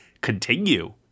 continue